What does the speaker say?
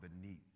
beneath